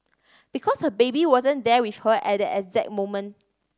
because her baby wasn't there with her at that exact moment